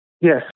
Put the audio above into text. Yes